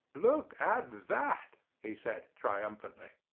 look at that! he said, triumphantly.